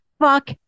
Fuck